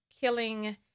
killing